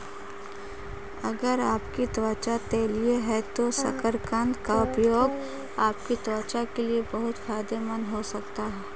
अगर आपकी त्वचा तैलीय है तो शकरकंद का उपयोग आपकी त्वचा के लिए बहुत फायदेमंद हो सकता है